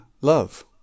love